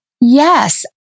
Yes